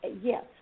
Yes